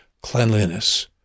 cleanliness